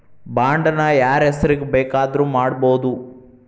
Bond ನ ಯಾರ್ಹೆಸ್ರಿಗ್ ಬೆಕಾದ್ರುಮಾಡ್ಬೊದು?